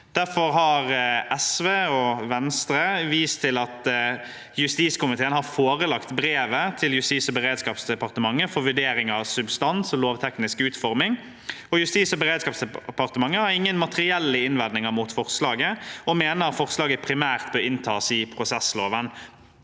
SV og Venstre vist til at justiskomiteen har forelagt brevet til Justisog beredskapsdepartementet for vurdering av substans og lovteknisk utforming, og at Justis- og beredskapsdepartementet ikke har noen materielle innvendinger mot forslaget og mener det primært bør inntas i prosessloven.